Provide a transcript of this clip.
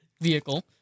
vehicle